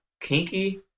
kinky